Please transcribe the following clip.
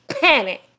panic